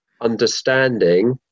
understanding